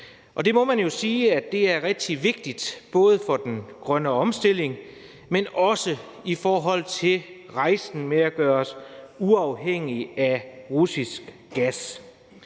Og det må man jo sige er rigtig vigtigt, både for den grønne omstilling, men også i forhold til rejsen med at gøre os uafhængige af russisk gas.